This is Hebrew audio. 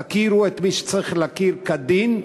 תכירו במי שצריך להכיר כדין,